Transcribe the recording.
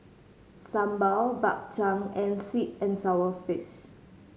sambal Bak Chang and sweet and sour fish